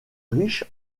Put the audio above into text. riche